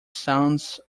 sounds